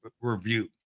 review